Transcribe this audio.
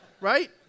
Right